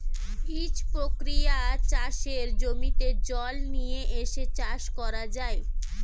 সেচ প্রক্রিয়ায় চাষের জমিতে জল নিয়ে এসে চাষ করা যায়